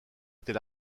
était